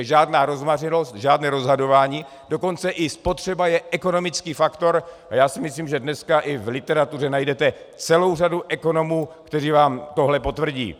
Žádná rozmařilost, žádné rozhazování, dokonce i spotřeba je ekonomický faktor, a já si myslím, že dneska i v literatuře najdete celou řadu ekonomů, kteří vám toto potvrdí.